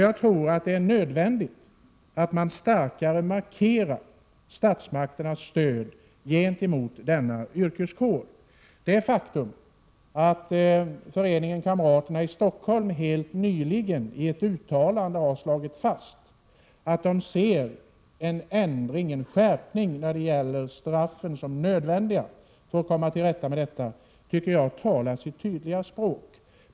Jag tror att det är nödvändigt att starkare markera statsmakternas stöd gentemot denna yrkeskår. Det faktum att Föreningen Kamraterna i Stockholm helt nyligen i ett uttalande har slagit fast att man ser en skärpning av straffen som nödvändig för att komma till rätta med detta tycker jag talar sitt tydliga språk.